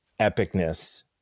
epicness